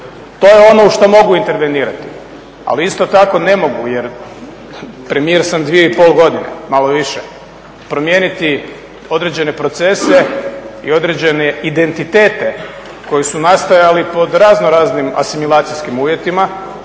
To je ono u što mogu intervenirati, ali isto tako ne mogu jer premijer sam 2,5 godine, malo više. Promijeniti određene procese i određene identitete koji su nastojali pod raznoraznim asimilacijskim uvjetima,